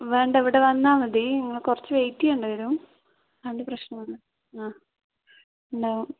വേണ്ട ഇവിടെ വന്നാൽ മതി നിങ്ങൾ കുറച്ച് വെയിറ്റ് ചെയ്യേണ്ടി വരും ആ അത് പ്രശ്നമാണ് ആ ഉണ്ടാവും